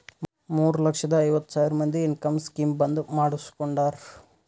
ಮೂರ ಲಕ್ಷದ ಐವತ್ ಸಾವಿರ ಮಂದಿ ಇನ್ಕಮ್ ಸ್ಕೀಮ್ ಬಂದ್ ಮಾಡುಸ್ಕೊಂಡಾರ್